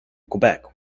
quebec